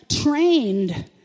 trained